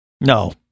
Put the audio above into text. No